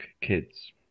kids